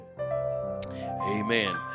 amen